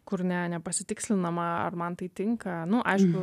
kur ne nepasitikslinama ar man tai tinka nu aišku